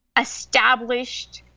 established